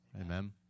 Amen